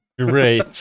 Great